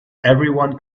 everyone